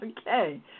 Okay